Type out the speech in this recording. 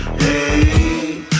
hey